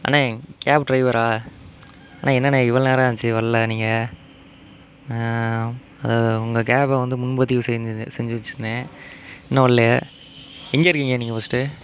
அண்ணே கேப் ட்ரைவரா அண்ணே என்னண்ணே இவ்வளோ நேரம் ஆச்சு வரல்ல நீங்கள் அது உங்க கேப்பை வந்து முன்பதிவு செஞ்சு செஞ்சு வைச்சிருந்தேன் இன்னும் வரல்லயே எங்கே இருக்கீங்க நீங்கள் ஃபர்ஸ்ட்டு